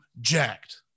jacked